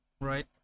right